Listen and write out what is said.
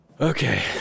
Okay